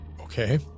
Okay